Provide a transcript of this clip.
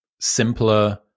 simpler